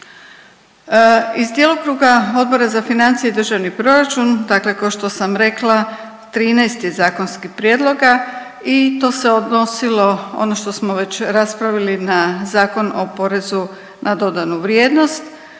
Iz djelokruga Odbora za financije i državni proračun, dakle kao što sam rekla 13 je zakonskih prijedloga i to se odnosilo ono što smo već raspravili na Zakon o porezu na dodanu vrijednost,